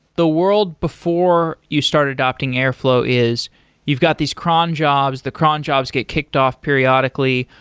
the world before you start adopting airflow is you've got these cron jobs, the cron jobs get kicked off periodically.